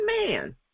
man